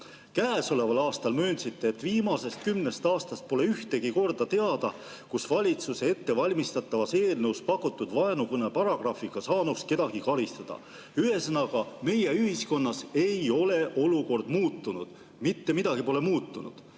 Käesoleval aastal möönsite, et viimasest kümnest aastast pole teada ühtegi korda, kus valitsuse ettevalmistatavas eelnõus pakutud vaenukõne paragrahvi alusel saanuks kedagi karistada. Ühesõnaga, meie ühiskonnas ei ole olukord muutunud, mitte midagi pole muutunud,